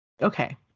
Okay